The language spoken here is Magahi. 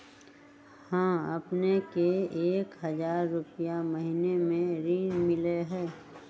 हां अपने के एक हजार रु महीने में ऋण मिलहई?